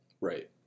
Right